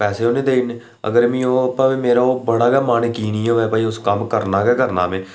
पैसे उटनें देई ओड़ने अगर मिगी ओह् बड़ा गै मन कीऽ निं होऐ उस कम्म गी करना गै करना में